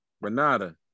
Renata